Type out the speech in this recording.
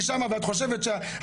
זה שאת יושבת לי שם ואת חושבת שהכיסא